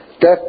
Death